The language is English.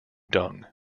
dung